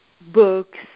books